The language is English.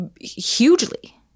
hugely